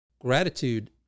Gratitude